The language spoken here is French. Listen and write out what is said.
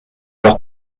leur